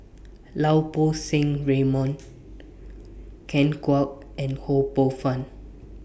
Lau Poo Seng Raymond Ken Kwek and Ho Poh Fun